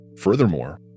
Furthermore